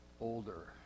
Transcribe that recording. older